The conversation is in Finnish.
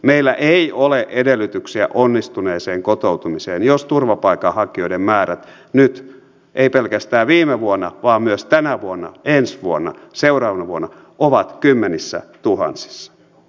meillä ei ole edellytyksiä onnistuneeseen kotoutumiseen jos turvapaikanhakijoiden määrät nyt eivät pelkästään viime vuonna vaan myös tänä vuonna ensi vuonna seuraavana vuonna ovat kymmenissätuhansissa